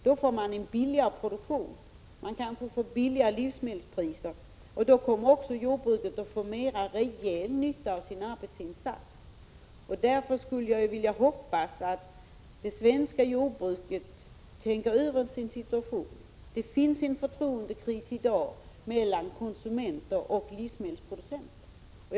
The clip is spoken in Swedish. Då skulle man få en billigare produktion. Man kanske får billigare livsmedelspriser. Då får också jordbruket mera rejäl nytta av sin arbetsinsats. Därför vill jag hoppas att det svenska jordbruket tänker över situationen. Det finns en förtroendekris i dag mellan konsumenter och livsmedelsproducenter.